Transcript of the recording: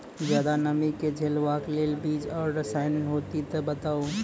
ज्यादा नमी के झेलवाक लेल बीज आर रसायन होति तऽ बताऊ?